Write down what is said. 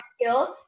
skills